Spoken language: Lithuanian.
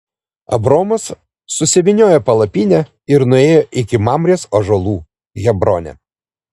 abromas susivyniojo palapinę ir nuėjo iki mamrės ąžuolų hebrone